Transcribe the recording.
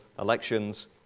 elections